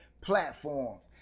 platforms